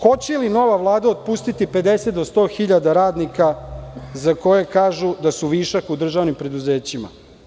Hoće li nova Vlada otpustiti 50-100 hiljada radnika za koje kažu da su višak u državnim preduzećima?